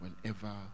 whenever